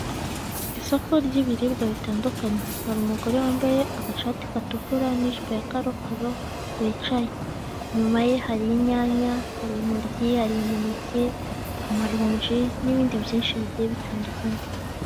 Isoko ry'ibiribwa bitandukanye hari umugore wambaye agashati gatukura n'ijipo ya karokaro bicaye. Inyuma ye hari inyanya, hari intoryi, hari imineke, amaronji, n'ibindi byinshi bigiye bitandukanye.